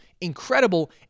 incredible